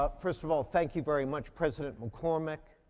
ah first of all, thank you very much, president maccormack,